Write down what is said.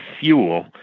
fuel